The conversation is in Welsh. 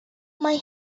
mae